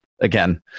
Again